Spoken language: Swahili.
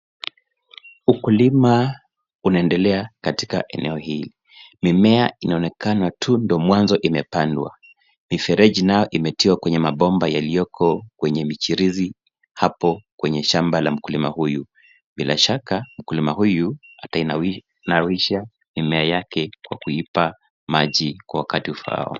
Ukulima unaendelea katika eneo hili mimea inaonekana tu ndio mwanzo imepandwa. Mifereji nayo imetiwa kwenye mabomba yaliyoko kwenye mi chirizi hapo kwenye shamba la mkulima huyu. Bila shaka mkulima huyu atainawirisha mimea yake kwa kuipa maji kwa wakati ufaao.